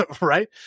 right